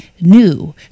new